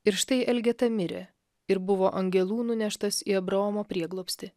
ir štai elgeta mirė ir buvo angelų nuneštas į abraomo prieglobstį